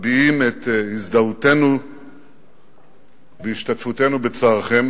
מביעים את הזדהותנו והשתתפותנו בצערכם.